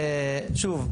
שוב,